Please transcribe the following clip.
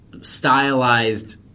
stylized